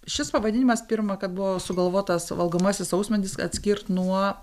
šis pavadinimas pirmąkart buvo sugalvotas valgomasis sausmedis atskirt nuo